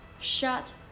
Shut